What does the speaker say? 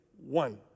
one